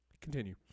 Continue